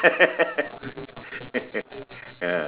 ah